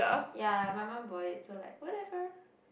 ya my mum bought it so like whatever